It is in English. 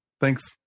Thanks